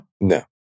no